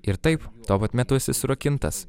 ir taip tuo pat metu esi surakintas